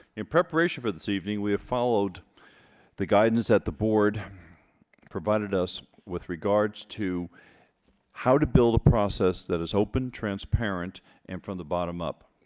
in preparation for this evening we have followed the guidance at the board provided us with regards to how to build a process that is open transparent and from the bottom up